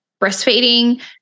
breastfeeding